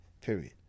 Period